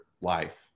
life